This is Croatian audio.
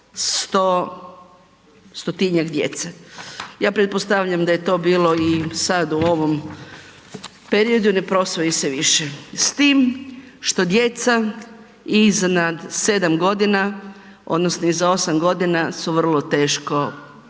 stotinjak djece. Ja pretpostavljam da je to bilo i sad u ovom periodu, ne posvoji se više, s tim što djeca iznad 7 godina, odnosno iza 8 godina su vrlo teško, odnosno